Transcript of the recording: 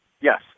Yes